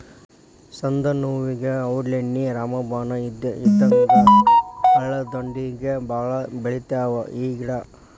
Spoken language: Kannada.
ಸಂದನೋವುಗೆ ಔಡ್ಲೇಣ್ಣಿ ರಾಮಬಾಣ ಇದ್ದಂಗ ಹಳ್ಳದಂಡ್ಡಿಗೆ ಬಾಳ ಬೆಳಿತಾವ ಈ ಗಿಡಾ